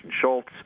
Schultz